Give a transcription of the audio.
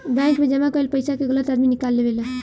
bank मे जमा कईल पइसा के गलत आदमी निकाल लेवेला